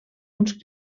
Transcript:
uns